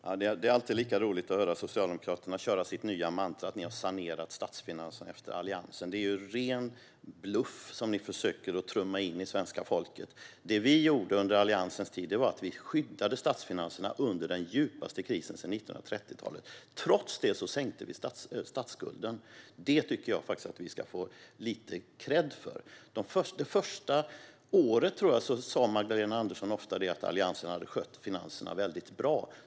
Fru talman! Det är alltid lika roligt att höra Socialdemokraterna köra sitt nya mantra: att ni har sanerat statsfinanserna efter Alliansen. Det är ren bluff som ni försöker att trumma in i svenska folket. Det vi gjorde under Alliansens tid var att vi skyddade statsfinanserna under den djupaste krisen sedan 1930-talet. Trots detta sänkte vi statsskulden. Det tycker jag att vi ska få lite kredd för. Det första året, tror jag att det var, sa Magdalena Andersson ofta att Alliansen hade skött finanserna väldigt bra.